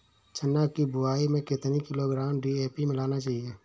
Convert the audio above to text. चना की बुवाई में कितनी किलोग्राम डी.ए.पी मिलाना चाहिए?